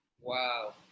Wow